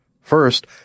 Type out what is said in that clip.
First